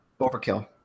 Overkill